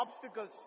obstacles